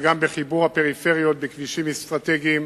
אלא גם בחיבור הפריפריה בכבישים אסטרטגיים,